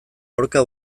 aurka